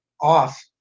off